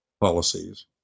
policies